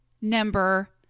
number